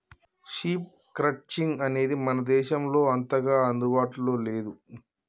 sheep crutching అనేది మన దేశంలో అంతగా అందుబాటులో లేదు